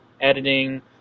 editing